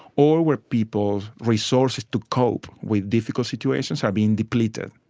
or where people's resources to cope with difficult situations are being depleted.